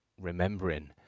remembering